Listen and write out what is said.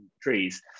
trees